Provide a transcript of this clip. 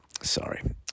Sorry